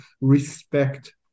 respect